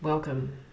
Welcome